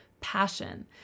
passion